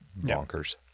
bonkers